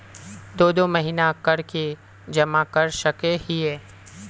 दो दो महीना कर के जमा कर सके हिये?